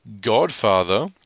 godfather